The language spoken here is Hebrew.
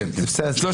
הצבעה לא אושרה.